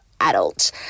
adult